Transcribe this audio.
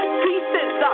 pieces